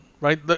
right